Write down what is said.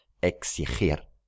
Exigir